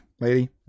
lady